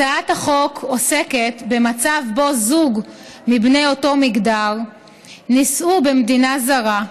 הצעת החוק עוסקת במצב שבו זוג מבני אותו מגדר נישאו במדינה זרה,